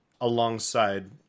alongside